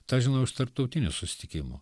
tą žinau iš tarptautinių susitikimų